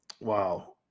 Wow